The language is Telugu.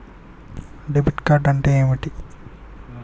డెబిట్ కార్డ్ అంటే ఏంటిది?